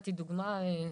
נתתי דוגמא,